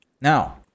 Now